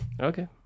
Okay